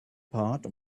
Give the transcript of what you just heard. part